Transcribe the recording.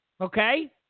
okay